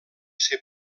ser